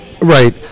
Right